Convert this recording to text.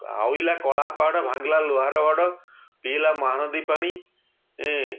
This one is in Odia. ଅଇଲା କଳାପାହାଡ଼ ଭାଙ୍ଗିଲା ଲୁହାର ବାଡ଼ ପିଇଲା ମହାନଦୀ ପାଣି ଏଁ